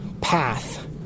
path